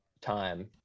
time